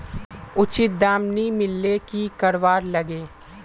उचित दाम नि मिलले की करवार लगे?